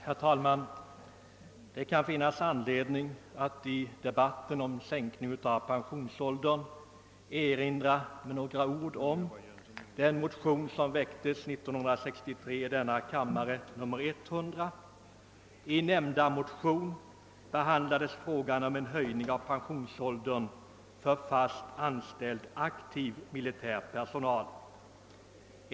Herr talman! Det kan finnas anledning att i denna debatt om sänkning av pensionsåldern med några ord erinra om motionen II: 100 år 1963. I nämnda motion behandlades frågan om en höjning av pensionsåldern för fast anställd aktiv militär personal.